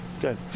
Good